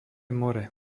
more